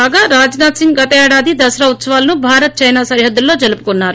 కాగా రాజ్నాధ్ సింగ్ గతేడాది దసరా ఉత్సవాలను భారత్ చైనా సరిహద్దులో జరుపుకొన్నారు